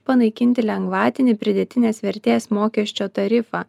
panaikinti lengvatinį pridėtinės vertės mokesčio tarifą